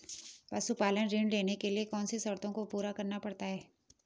पशुपालन ऋण लेने के लिए कौन सी शर्तों को पूरा करना पड़ता है?